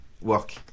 work